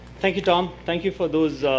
thank you, tom. thank you for those